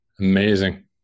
Amazing